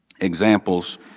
examples